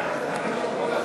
נמנעים,